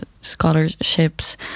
scholarships